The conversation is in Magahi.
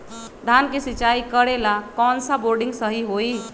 धान के सिचाई करे ला कौन सा बोर्डिंग सही होई?